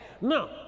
No